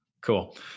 Cool